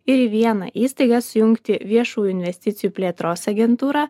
ir į vieną įstaigą sujungti viešųjų investicijų plėtros agentūrą